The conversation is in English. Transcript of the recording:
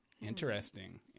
Interesting